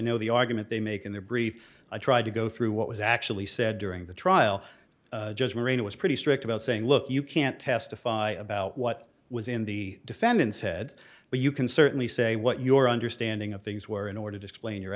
know the argument they make in their brief i tried to go through what was actually said during the trial just marina was pretty strict about saying look you can't testify about what was in the defendant's head but you can certainly say what your understanding of things were in order to explain your